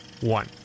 one